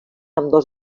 ambdós